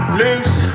loose